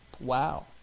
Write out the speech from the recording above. Wow